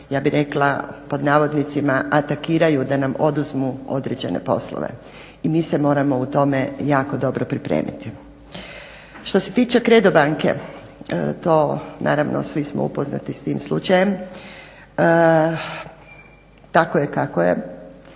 ja bih rekla pod navodnicima "atakiraju" da nam oduzmu određene poslove. I mi se moramo u tome jako dobro pripremiti. Što se tiče CREDO banke to naravno svi smo upoznati s tim slučajem. Tako je kako je,